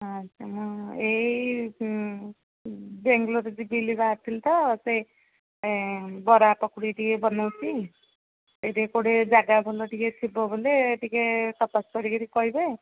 ହଁ ତ ଏଇ ବାଙ୍ଗାଲୋର୍ ଯିବି ବୋଲି ବାହାରିଥିଲି ତ ସେ ବରା ପକୋଡ଼ି ଟିକେ ବନଉଛି ସେଇଠି କେଉଁଠି ଜାଗା ଭଲ ଟିକେ ଥିବ ବୋଲେ ଟିକେ ପ୍ରକାଶ କରିକିରି କହିବେ